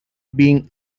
being